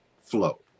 flow